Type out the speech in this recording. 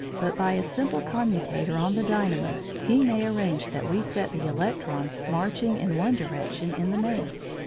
but by a simple commutator on the dynamo he may arrange that we set the electrons marching in one direction in the mains.